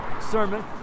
sermon